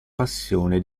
passione